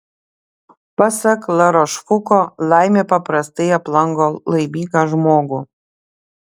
pasak larošfuko laimė paprastai aplanko laimingą žmogų